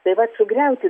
tai vat sugriauti